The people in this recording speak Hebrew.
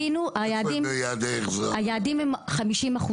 היעדים הם 50%,